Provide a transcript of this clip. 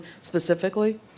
specifically